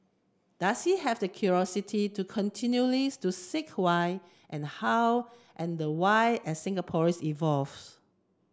does he have the curiosity to continually to seek why and how and why as Singapore evolves